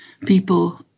people